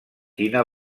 tina